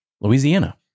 Louisiana